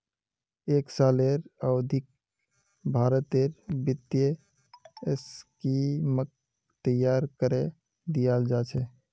एक सालेर अवधित भारतेर वित्तीय स्कीमक तैयार करे दियाल जा छे